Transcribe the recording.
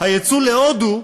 היצוא להודו,